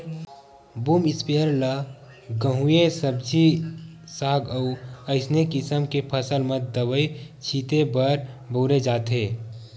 boom sprayer ल गहूँए सब्जी साग अउ असइने किसम के फसल म दवई छिते बर बउरे जाथे